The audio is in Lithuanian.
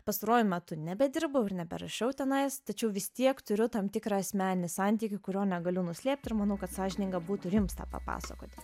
pastaruoju metu nebedirbau ir neberašiau tenais tačiau vis tiek turiu tam tikrą asmeninį santykį kurio negaliu nuslėpt ir manau kad sąžininga būtų ir jums tą papasakoti